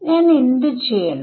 ഞാൻ എന്ത് ചെയ്യണം